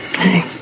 Hey